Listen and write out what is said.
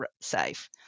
safe